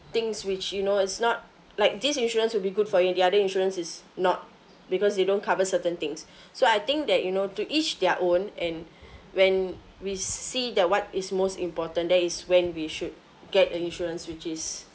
things which you know is not like this insurance will be good for you the other insurance is not because they don't cover certain things so I think that you know to each their own and when we see that what is most important then it's when we should get a insurance which is